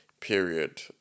period